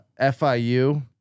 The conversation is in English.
FIU